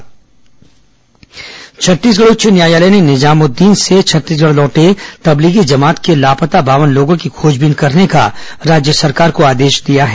corona high court Chhattisgarh उच्च न्यायालय ने निजामुद्दीन से छत्तीसगढ़ लौटे तबलीगी जमात के लापता बावन लोगों की खोजबीन करने का राज्य सरकार को आदेश दिया है